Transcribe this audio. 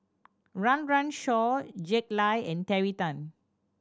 Run Run Shaw Jack Lai and Terry Tan